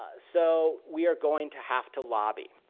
so we are going to have to lobby.